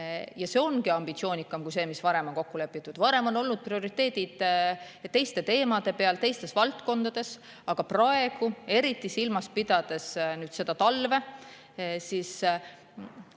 See ongi ambitsioonikam kui see, mis varem on kokku lepitud. Varem olid prioriteedid teiste teemade peal, teistes valdkondades, aga praegu, eriti silmas pidades seda talve, lisaks